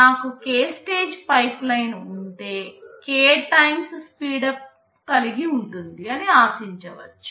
నాకు k stage pipeline ఉంటే k times speedup కలిగి ఉంటుంది అని ఆశించవచ్చు